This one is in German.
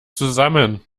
zusammen